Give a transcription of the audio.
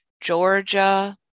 Georgia